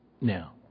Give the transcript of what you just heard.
Now